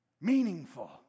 Meaningful